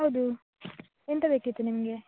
ಹೌದು ಎಂತ ಬೇಕಿತ್ತು ನಿಮಗೆ